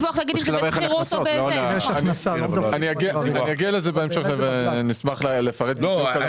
זה בשכירות או --- אני אגיע לזה בהמשך ואשמח לפרט.